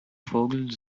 vogel